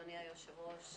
אדוני היושב ראש,